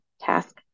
task